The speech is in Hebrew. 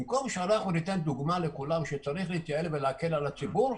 במקום שאנחנו ניתן דוגמה לכולם שצריך להתייעל ולהקל על הציבור,